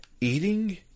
eating